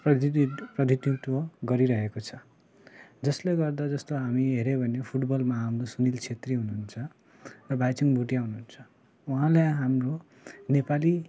प्रतिधित् प्रतिनिधित्व गरिरहेको छ जसले गर्दा जस्तो हामी हेर्यौँ भने फुटबलमा हाम्रो सुनिल क्षेत्री हुनुहुन्छ र भाइचुङ भुटिया हुनुहुन्छ उहाँले हाम्रो नेपाली